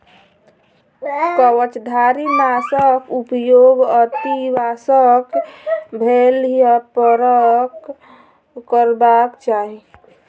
कवचधारीनाशक उपयोग अतिआवश्यक भेलहिपर करबाक चाहि